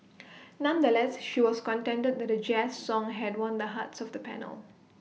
nonetheless she was contented that A jazz song had won the hearts of the panel